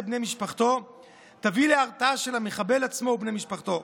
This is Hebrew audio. בני משפחתו תביא להרתעה של המחבל עצמו ושל בני משפחתו.